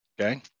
Okay